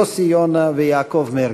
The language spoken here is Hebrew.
יוסי יונה ויעקב מרגי.